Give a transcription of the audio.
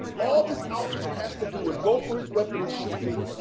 all this officer has to do was go for his weapon and shoot me.